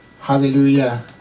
Hallelujah